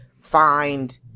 find